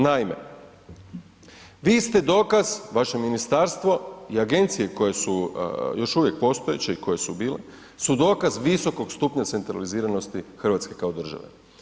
Naime, vi ste dokaz, vaše ministarstvo i agencije koje su još uvijek postojeće i koje su bile, su dokaz visokog stupnja centraliziranosti RH kao države.